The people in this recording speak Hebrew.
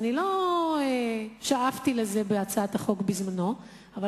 אני לא שאפתי לזה בהצעת החוק אז,